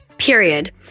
period